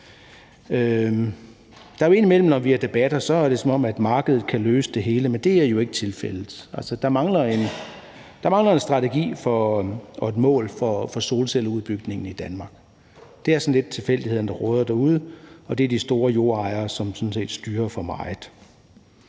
Det fremgår indimellem, når vi har debatter, som om markedet kan løse det hele, men det er jo ikke tilfældet. Der mangler en strategi og et mål for solcelleudbygningen i Danmark. Det er sådan lidt tilfældighederne, der råder derude, og det er de store jordejere, som sådan set styrer for meget.